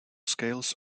scales